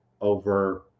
over